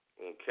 okay